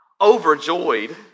Overjoyed